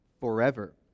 forever